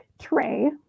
tray